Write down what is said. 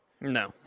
No